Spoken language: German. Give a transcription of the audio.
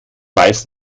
weiß